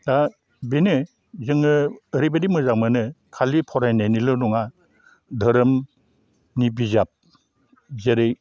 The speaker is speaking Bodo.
दा बेनो जोङो ओरैबादि मोजां मोनो खालि फरायनायनिल' नङा धोरोमनि बिजाब जेरै